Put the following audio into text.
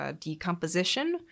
decomposition